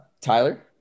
Tyler